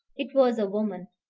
it was a woman,